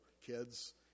kids